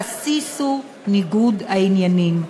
הבסיס הוא ניגוד העניינים.